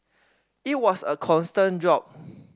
it was a constant job